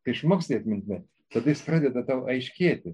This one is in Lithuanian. kai išmoksti atmintinai tada jis pradeda tau aiškėti